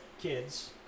kids